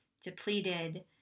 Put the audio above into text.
depleted